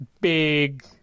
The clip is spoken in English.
big